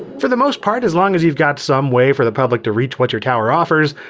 for the most part, as long as you've got some way for the public to reach what your tower offers,